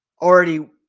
Already